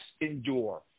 endure